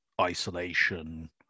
isolation